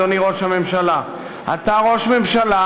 אדוני ראש הממשלה: אתה ראש ממשלה